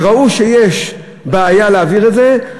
וראו שיש בעיה להעביר את זה,